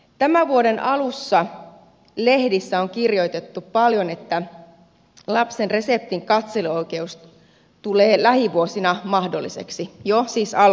tämän vuoden alussa lehdissä on kirjoitettu paljon että lapsen reseptin katseluoikeus tulee lähivuosina mahdolliseksi jo siis alkuvuodesta